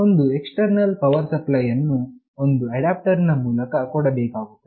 ಒಂದು external power supply ಅನ್ನು ಒಂದು ಅಡಾಪ್ಟರ್ ನ ಮೂಲಕ ಕೊಡಬೇಕಾಗುತ್ತದೆ